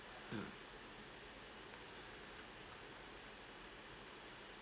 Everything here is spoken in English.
mm